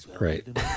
right